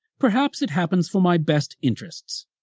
perhaps it happens for my best interests.